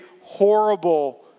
horrible